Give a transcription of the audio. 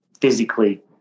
physically